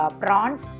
prawns